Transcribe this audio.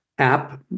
app